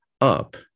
up